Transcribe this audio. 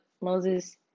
Moses